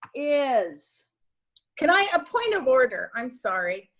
is can i a point of order, i'm sorry.